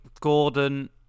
Gordon